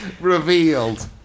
revealed